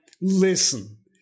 listen